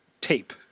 tape